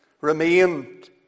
remained